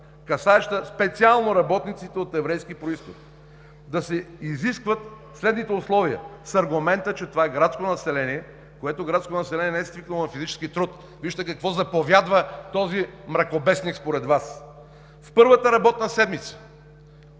касаеща специално работниците от еврейски произход, да се изискват следните условия с аргумента, че това е градско население, което градско население не е свикнало на физически труд. Вижте какво заповядва този мракобесник според Вас: „В първата работна седмица